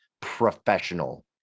professional